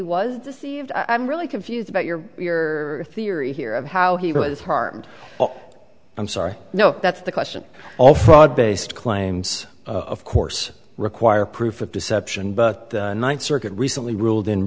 was deceived i'm really confused about your your theory here of how he was harmed i'm sorry no that's the question all fraud based claims of course require proof of deception but the ninth circuit recently ruled in